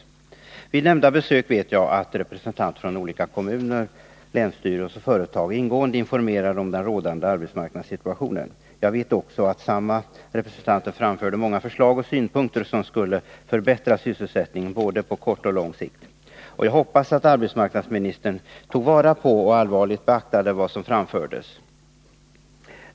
Vid det nämnda besöket vet jag att representanter från olika kommuner, länsstyrelsen och företag ingående informerade om den rådande arbetsmarknadssituationen. Jag vet också att samma representanter framförde många förslag till och synpunkter på hur man skulle kunna förbättra sysselsättningen på både kort och lång sikt. Jag hoppas att arbetsmarknadsministern tog vara på dessa synpunkter och allvarligt beaktade vad som framfördes.